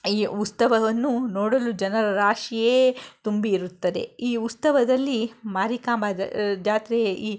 ಈ ಉತ್ಸವವನ್ನು ನೋಡಲು ಜನರ ರಾಶಿಯೇ ತುಂಬಿ ಇರುತ್ತದೆ ಈ ಉತ್ಸವದಲ್ಲಿ ಮಾರಿಕಾಂಬಾ ಜಾತ್ರೆಯ ಈ